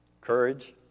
Courage